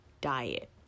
diet